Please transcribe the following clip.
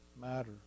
matter